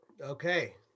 okay